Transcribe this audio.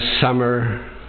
summer